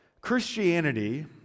Christianity